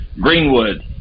Greenwood